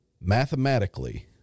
mathematically